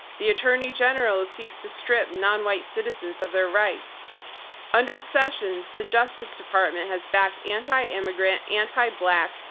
the attorney general seeks to strip non-white citizens of their rights under sessions, the justice department has backed anti-immigrant, anti-black,